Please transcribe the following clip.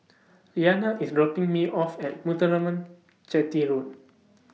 Liana IS dropping Me off At Muthuraman Chetty Road